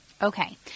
Okay